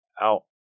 out